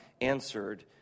answered